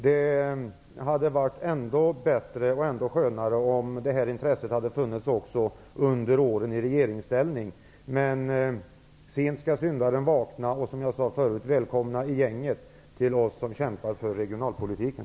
Det hade varit ännu bättre om detta intresse hade funnits också under åren i regeringsställning, men sent skall syndaren vakna. Som jag tidigare sade: Välkomna in i gänget bland oss som kämpar för regionalpolitiken!